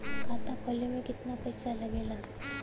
खाता खोले में कितना पैसा लगेला?